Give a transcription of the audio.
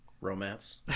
Romance